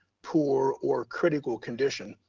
poor, or critical condition,